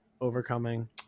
overcoming